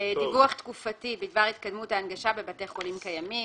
ודיווח תקופתי בדבר התקדמות ההנגשה בבתי חולים קיימים